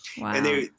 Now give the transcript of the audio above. Wow